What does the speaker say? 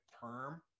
term